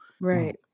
Right